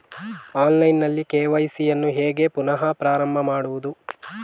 Online ನಲ್ಲಿ KYC ಯನ್ನು ಹೇಗೆ ಪುನಃ ಪ್ರಾರಂಭ ಮಾಡುವುದು?